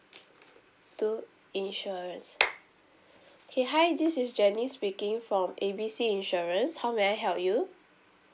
two insurance okay hi this is janice speaking from A B C insurance how may I help you